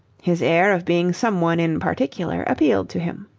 his air of being someone in particular appealed to him.